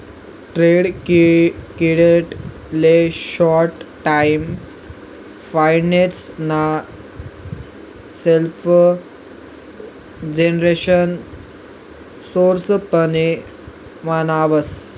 trade credit ले short term finance ना self generation source पण म्हणावस